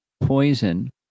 poison